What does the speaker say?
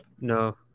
No